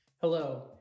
Hello